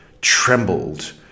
trembled